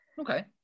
okay